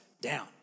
down